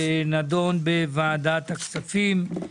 נדון בוועדת הכספים.